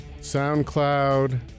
SoundCloud